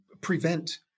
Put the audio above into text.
prevent